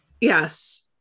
Yes